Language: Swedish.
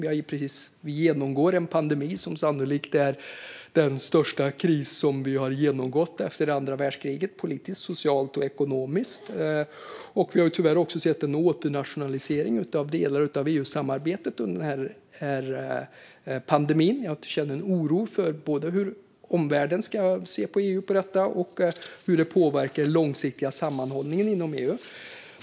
Vi genomgår en pandemi som sannolikt är den största kris vi genomgått efter andra världskriget, politiskt, socialt och ekonomiskt. Vi har tyvärr också sett en åternationalisering av delar av EU-samarbetet under pandemin. Jag känner oro för både hur omvärlden ska se på EU på grund av detta och hur det påverkar den långsiktiga sammanhållningen inom EU.